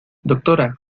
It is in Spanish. doctora